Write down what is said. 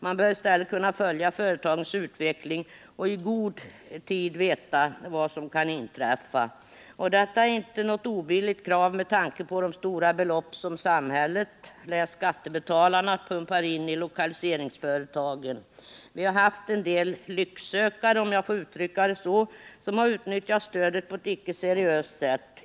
Man bör i stället kunna följa företagens utveckling och i god tid veta vad som kan inträffa. Detta är inget obilligt krav med tanke på de stora belopp som samhället, dvs. skattebetalarna, pumpar in i lokaliseringsföretagen. Vi har haft en del lycksökare — om jag får uttrycka det så — som har utnyttjat stödet på ett icke seriöst sätt.